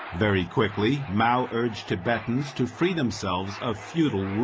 very quickly mao urged tibetans to free themselves of feudal rule.